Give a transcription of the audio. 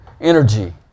energy